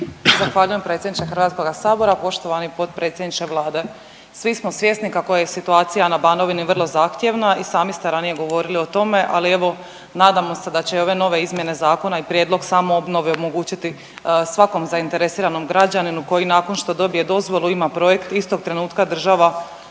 Zahvaljujem predsjedniče HS-a. Poštovani potpredsjedniče Vlade. Svi smo svjesni kako je situacija na Banovini vrlo zahtjevna i sami ste ranije govorili o tome, ali evo nadamo se da će ove nove izmjene zakona i prijedlog samoobnove omogućiti svakom zainteresiranom građaninu koji nakon što dobije dozvolu ima projekt istog trenutka država